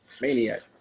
Maniac